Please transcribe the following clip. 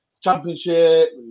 championship